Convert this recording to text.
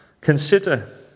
Consider